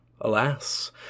Alas